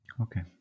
Okay